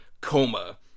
coma